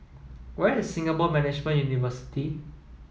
where is Singapore Management University